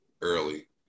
early